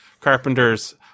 Carpenter's